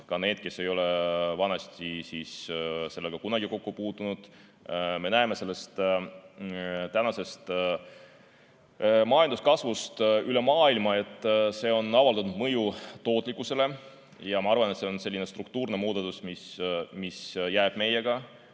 ka need, kes ei olnud varem sellega kunagi kokku puutunud. Me näeme tänasest majanduskasvust üle maailma, et see on avaldanud mõju tootlikkusele. Ja ma arvan, et see on selline struktuurne muudatus, mis jääb meiega,